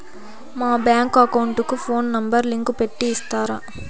మా bank account కు phone number link పెట్టి ఇస్తారా?